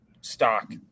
stock